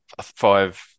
Five